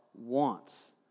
wants